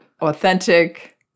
authentic